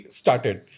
started